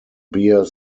bear